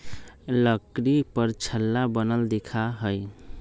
लकड़ी पर छल्ला बनल दिखा हई